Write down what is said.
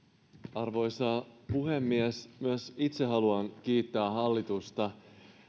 arvoisa puhemies myös itse haluan kiittää hallitusta